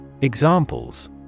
Examples